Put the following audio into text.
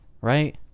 right